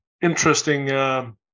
interesting